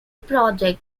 project